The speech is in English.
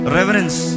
Reverence